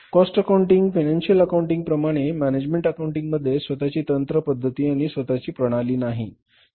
cost accounting financial accounting प्रमाणे management accounting मध्ये स्वतःची तंत्र पद्धती आणि स्वतःची प्रणाली नाही